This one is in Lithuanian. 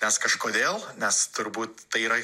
nes kažkodėl nes turbūt tai yra